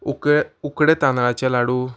उक उकडे तांदळाचे लाडू